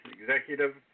executive